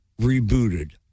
rebooted